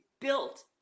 built